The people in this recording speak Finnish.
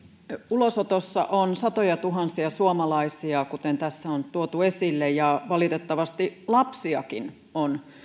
ulosotossa on satojatuhansia suomalaisia kuten tässä on tuotu esille ja valitettavasti lapsiakin on